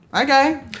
Okay